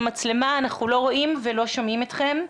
רואים ולא שומעים אתכם.